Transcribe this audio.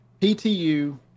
PTU